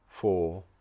four